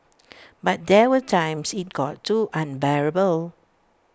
but there were times IT got too unbearable